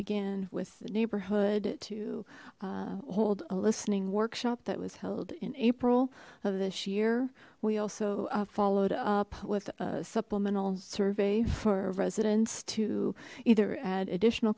began with the neighborhood to uh hold a listening workshop that was held in april of this year we also followed up with a supplemental survey for residents to either add additional